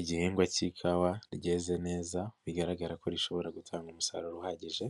Igihingwa k'ikawa ryeze neza bigaragara ko rishobora gutanga umusaruro uhagije,